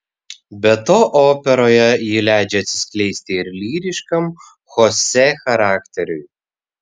be to operoje ji leidžia atsiskleisti ir lyriškam chosė charakteriui